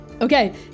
Okay